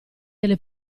delle